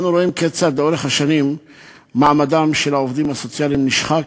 אנו רואים כיצד לאורך השנים מעמדם של העובדים הסוציאליים נשחק,